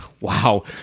wow